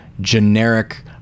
generic